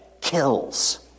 kills